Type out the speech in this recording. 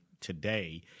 today